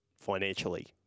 financially